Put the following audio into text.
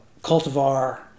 cultivar